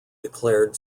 declared